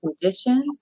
conditions